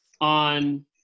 on